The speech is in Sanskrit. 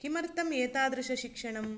किमर्थम् एतादृशशिक्षणम्